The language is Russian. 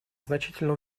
значительно